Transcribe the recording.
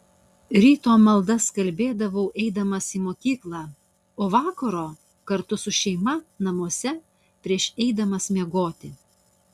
ryto maldas kalbėdavau eidamas į mokyklą o vakaro kartu su šeima namuose prieš eidamas miegoti